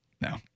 No